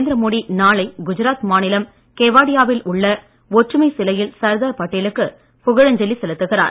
நரேந்திரமோடி நாளை குஜராத் மாநிலம் கெவாடியாவில் உள்ள ஒற்றுமை சிலையில் சர்தார் பட்டேலுக்கு புகழஞ்சலி செலுத்துகிறார்